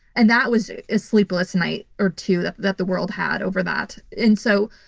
and that was a sleepless night or two that that the world had over that. and so,